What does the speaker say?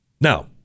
Now